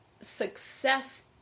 success